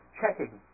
checking